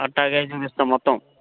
అలాగే చుపిస్తాము మొత్తం